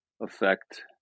affect